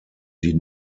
die